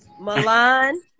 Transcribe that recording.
Milan